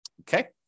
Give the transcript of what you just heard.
okay